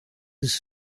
this